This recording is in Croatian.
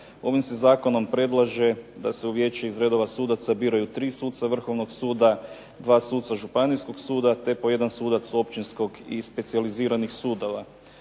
Ovim se zakonom predlaže da se u vijeće iz redova sudaca biraju 3 suca Vrhovnog suda, 2 suca Županijskog suda te po jedan sudac Općinskog i specijaliziranih sudova.